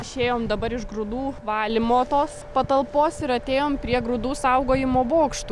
išėjom dabar iš grūdų valymo tos patalpos ir atėjom prie grūdų saugojimo bokštų